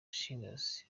singers